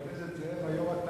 חבר הכנסת זאב, היום אתה